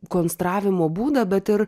konstravimo būdą bet ir